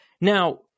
Now